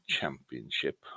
championship